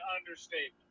understatement